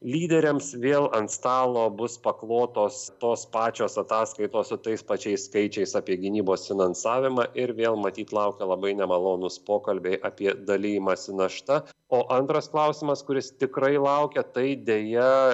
lyderiams vėl ant stalo bus paklotos tos pačios ataskaitos su tais pačiais skaičiais apie gynybos finansavimą ir vėl matyt laukia labai nemalonūs pokalbiai apie dalijimąsi našta o antras klausimas kuris tikrai laukia tai deja